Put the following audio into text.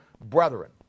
brethren